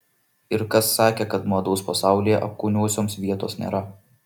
ir kas sakė kad mados pasaulyje apkūniosioms vietos nėra